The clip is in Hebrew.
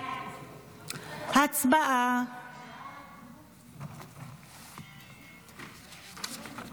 ההצעה להעביר את הצעת חוק הגנה